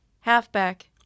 halfback